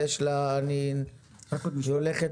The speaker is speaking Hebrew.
שני, יכול להיות